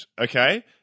okay